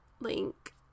link